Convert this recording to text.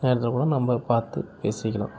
நேரத்தில்கூட நம்ம பார்த்து பேசிக்கலாம்